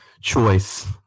choice